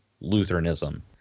Lutheranism